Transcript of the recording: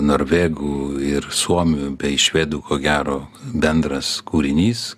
norvegų ir suomių bei švedų ko gero bendras kūrinys